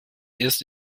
erst